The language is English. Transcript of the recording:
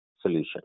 solution